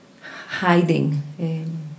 hiding